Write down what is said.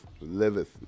liveth